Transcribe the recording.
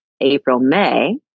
April-May